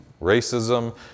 racism